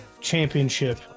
championship